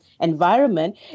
environment